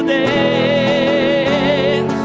a